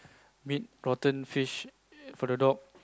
meat rotten fish for the dog